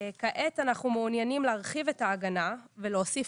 כעת אנחנו מעוניינים להרחיב את ההגנה ולהוסיף